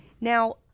Now